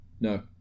No